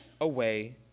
away